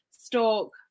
stalk